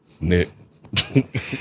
Nick